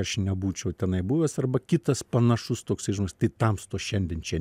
aš nebūčiau tenai buvęs arba kitas panašus toks tai tamstos šiandien čia